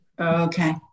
Okay